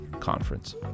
Conference